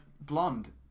Blonde